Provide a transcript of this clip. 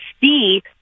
see